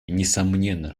несомненно